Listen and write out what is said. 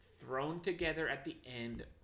thrown-together-at-the-end